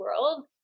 world